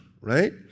right